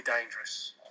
dangerous